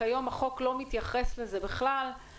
כיום החוק אנשי רוצה לבקש עוד התייחסות, אורי,